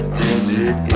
desert